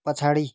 पछाडि